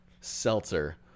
seltzer